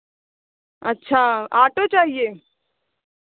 अच्छा ऑटो चाहिए